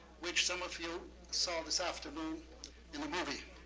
which some of you saw this afternoon in the movie.